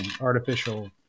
artificial